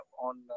on